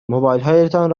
موبایلهایتان